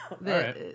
right